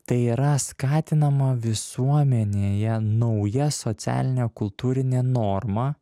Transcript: tai yra skatinama visuomenėje nauja socialinė kultūrinė norma